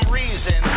reason